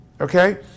okay